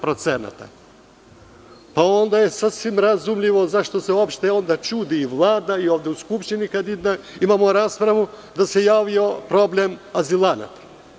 Pa, onda je sasvim razumljivo zašto se uopšte čudi Vlada i ovde u Skupštini kada imamo raspravu, da se javio problem azilanata.